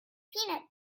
peanut